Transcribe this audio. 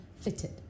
fitted